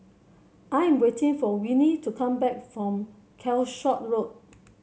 I am waiting for Winnie to come back from Calshot Road